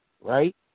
Right